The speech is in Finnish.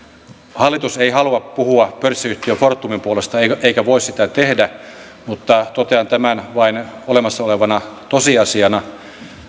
hallitus ei halua puhua pörssiyhtiö fortumin puolesta eikä eikä voi sitä tehdä mutta totean tämän vain olemassa olevana tosiasiana